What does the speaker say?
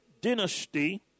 dynasty